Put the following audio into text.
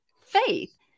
faith